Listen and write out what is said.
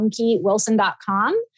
monkeywilson.com